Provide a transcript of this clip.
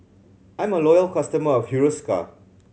I am a loyal customer of Hiruscar